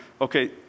okay